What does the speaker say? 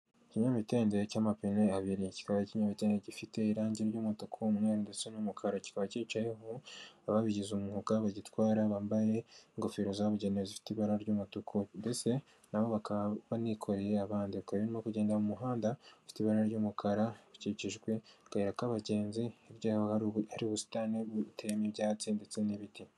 Ikinyamitende cy'amapine abiri kikaba ari ikinyamitende gifite irangi ry'umutuku umweru ndetse n'umukara kikaba cyicayeho ababigize umwuga bagitwara bambaye ingofero zabugenewe zifite ibara ry'umutuku mbese na bo bakaba banikoreye abandi bakaba barimo kugenda mu muhanda ufite ibara ry'umukara ukikijwe, akayira k'abagenzi hirya yaho hari ubusitani buteyemo ibyatsi ndetse n'ibiti.